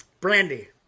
Brandy